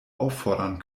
auffordern